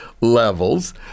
levels